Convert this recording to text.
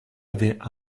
avait